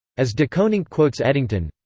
as de koninck quotes eddington,